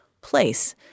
place